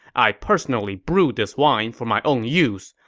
i personally brewed this wine for my own use.